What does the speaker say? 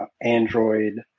Android